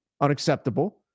unacceptable